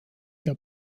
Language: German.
der